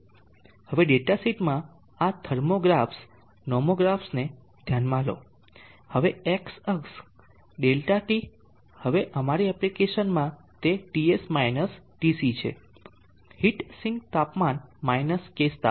હવે ડેટા શીટમાં આ થર્મોગ્રાફ્સ નોમોગ્રાફ્સને ધ્યાનમાં લો હવે x અક્ષ ΔT હવે અમારી એપ્લિકેશનમાં તે TS માઈનસ TC છે હીટ સિંક તાપમાન માઇનસ કેસ તાપમાન